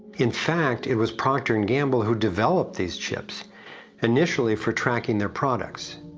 in fact it was procter and gamble who developed these chips initially for tracking their products.